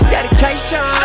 Dedication